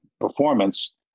performance